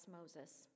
Moses